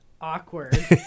Awkward